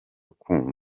kumva